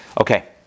Okay